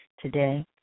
today